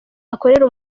akorera